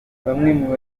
babakoresha